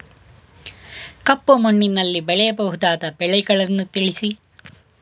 ಕಪ್ಪು ಮಣ್ಣಿನಲ್ಲಿ ಬೆಳೆಯಬಹುದಾದ ಬೆಳೆಗಳನ್ನು ತಿಳಿಸಿ?